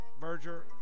merger